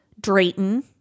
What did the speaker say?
Drayton